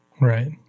Right